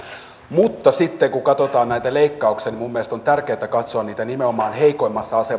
mutta sitten kun katsotaan näitä leikkauksia niin minun mielestäni on tärkeätä katsoa niitä nimenomaan heikoimmassa